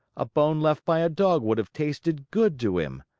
a bone left by a dog would have tasted good to him!